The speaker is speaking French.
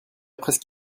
presque